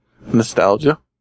Nostalgia